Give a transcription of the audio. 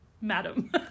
madam